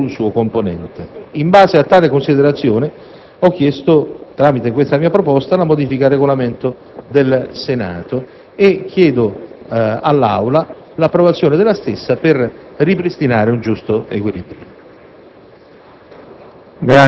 non ha potuto veder eletto un suo componente. In base a tale considerazione, ho chiesto, tramite questa mia proposta, una modifica al Regolamento del Senato e chiedo all'Assemblea l'approvazione della stessa per ripristinare un giusto equilibrio.